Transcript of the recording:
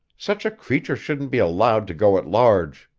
such a creature shouldn't be allowed to go at large.